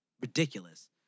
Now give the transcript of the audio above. ridiculous